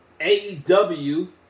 AEW